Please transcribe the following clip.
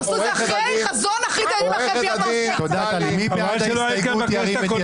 תעשו את זה אחרי חזון אחרית הימים אחרי ביאת המשיח.